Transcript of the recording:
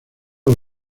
los